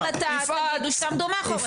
יש החלטה --- תעמדו מאחוריה.